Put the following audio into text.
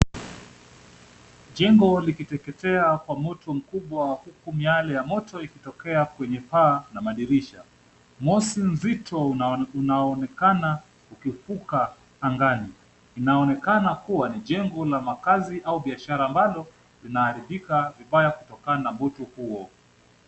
Jengo likiteketea kwa moto mkubwa huku miale ya moto ikitokea kwenye paa na madirisha. Moshi nzito unaonekana ukivuka angani. Inaonekana kuwa ni jengo la makazi au biashara ambalo linaharibika vibaya kutokana na moto huo.